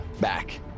back